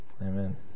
Amen